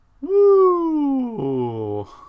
Woo